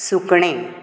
सुकणें